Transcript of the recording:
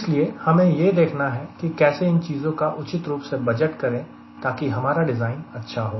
इसलिए हमें यह देखना है कि कैसे इन चीजों का उचित रूप से बजट करें ताकि हमारा डिज़ाइन अच्छा हो